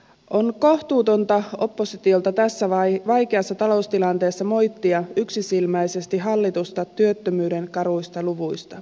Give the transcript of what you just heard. on kohtuutonta oppositiolta tässä vaikeassa taloustilanteessa moittia yksisilmäisesti hallitusta työttömyyden karuista luvuista